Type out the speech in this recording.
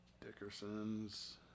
Dickersons